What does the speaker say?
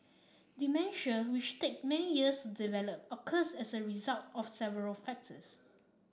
dementia which take many years develop occurs as a result of several factors